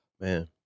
Man